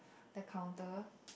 the counter